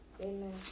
Amen